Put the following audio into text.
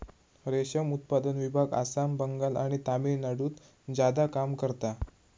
रेशम उत्पादन विभाग आसाम, बंगाल आणि तामिळनाडुत ज्यादा काम करता